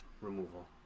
removal